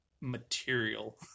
material